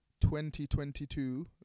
2022